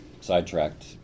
sidetracked